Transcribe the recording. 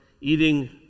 eating